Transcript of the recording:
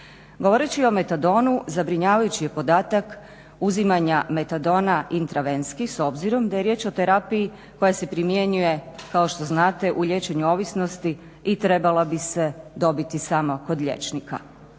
Govoreći o metadonu zabrinjavajući je podatak uzimanja metadona intravenski s obzirom da je riječ o terapiji koja se primjenjuje kao što znate u liječenju ovisnosti i trebala bi se dobiti samo kod liječnika,